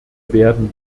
werden